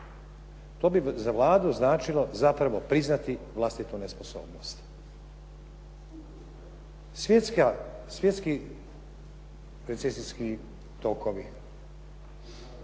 to bi za Vladu značilo zapravo priznati vlastitu nesposobnost. Svjetski recesijski tokovi,